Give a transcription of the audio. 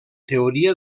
teoria